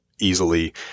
easily